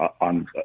on